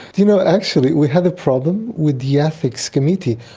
you know, actually we had a problem with the ethics committee.